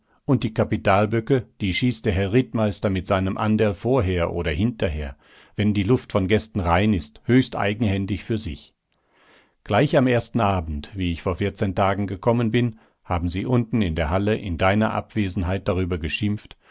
und die kapitalböcke die schießt der herr rittmeister mit seinem anderl vorher oder hinterher wenn die luft von gästen rein ist höchst eigenhändig für sich gleich am ersten abend wie ich vor vierzehn tagen gekommen bin haben sie unten in der halle in deiner abwesenheit darüber geschimpft